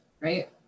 Right